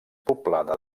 poblada